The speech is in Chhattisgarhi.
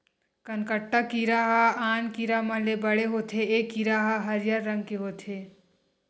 कनकट्टा कीरा ह आन कीरा मन ले बड़े होथे ए कीरा ह हरियर रंग के होथे